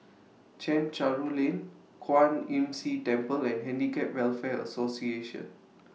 Chencharu Lane Kwan Imm See Temple and Handicap Welfare Association